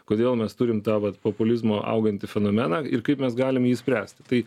kodėl mes turim tą vat populizmo augantį fenomeną ir kaip mes galim jų išspręsti tai